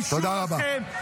תתביישו לכם -- תודה רבה,